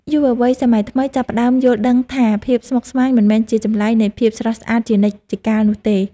យុវវ័យសម័យថ្មីចាប់ផ្តើមយល់ដឹងថាភាពស្មុគស្មាញមិនមែនជាចម្លើយនៃភាពស្រស់ស្អាតជានិច្ចកាលនោះទេ។